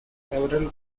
several